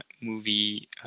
movie